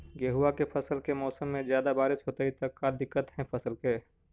गेहुआ के फसल के मौसम में ज्यादा बारिश होतई त का दिक्कत हैं फसल के?